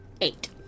eight